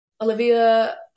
Olivia